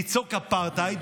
לצעוק "אפרטהייד",